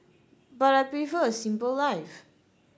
but I prefer a simple life